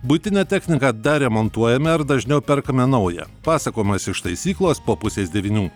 buitinę techniką dar remontuojame ar dažniau perkame naują pasakojimas iš taisyklos po pusės devynių